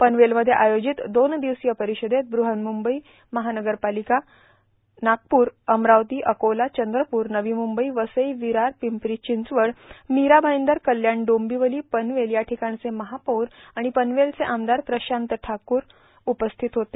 पनवेलमध्ये आयोजित दोन दिवसीय परिषदेत बृहनमुंबई महानगर पालिका नागपूर अमरावती अकोला चंद्रपूर नवी मुंबई वसई विरार पिम्परी चिंचवड़ मीरा भाईंदर कल्याण डोंबिवली पनवेल याठिकाणचे महापौर आणि पनवेलचे आमदार प्रशांत ठाकूर उपस्थित होते